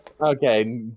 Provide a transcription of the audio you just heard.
Okay